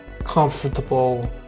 comfortable